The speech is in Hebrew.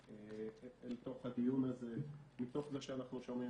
אל תוך הדיון הזה מתוך זה שאנחנו שומעים